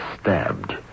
stabbed